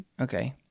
Okay